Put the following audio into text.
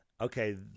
Okay